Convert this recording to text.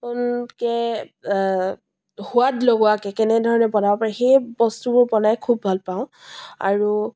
নতুনকৈ সোৱাদ লগোৱাকৈ কেনেধৰণে বনাব পাৰি সেই বস্তুবোৰ বনাই খুব ভাল পাওঁ আৰু